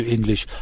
English